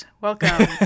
welcome